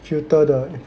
filter the